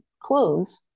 clothes